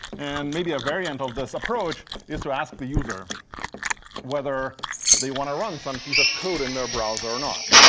and maybe a variant of this approach is to ask the user whether they want to run some piece of code in their browser or not.